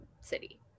City